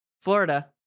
Florida